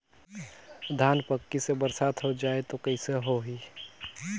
धान पक्की से बरसात हो जाय तो कइसे हो ही?